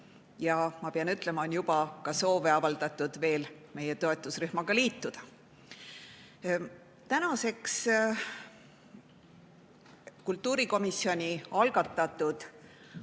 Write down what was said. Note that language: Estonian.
ja ma pean ütlema, et on veel avaldatud soove meie toetusrühmaga liituda. Tänaseks kultuurikomisjoni algatatud